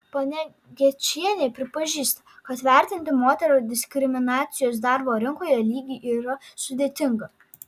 ponia gečienė pripažįsta kad vertinti moterų diskriminacijos darbo rinkoje lygį yra sudėtinga